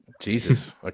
Jesus